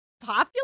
popular